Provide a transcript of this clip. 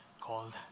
called